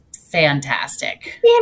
fantastic